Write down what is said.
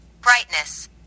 Brightness